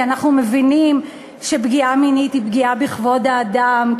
כי אנחנו מבינים שפגיעה מינית היא פגיעה בכבוד האדם,